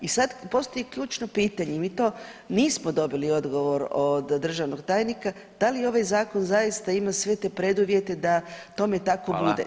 I sad postoji ključno pitanje i mi to nismo dobili odgovor od državnog tajnika, da li ovaj zakon zaista ima sve te preduvjete da tome tako bude?